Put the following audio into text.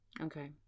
Okay